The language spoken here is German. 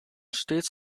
stets